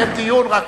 אין דיון, רק